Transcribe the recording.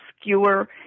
skewer